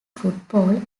football